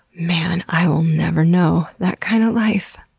man, i will never know that kind of life.